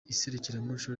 iserukiramuco